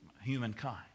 humankind